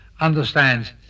understands